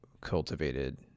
cultivated